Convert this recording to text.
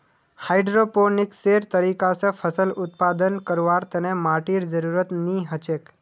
हाइड्रोपोनिक्सेर तरीका स फसल उत्पादन करवार तने माटीर जरुरत नी हछेक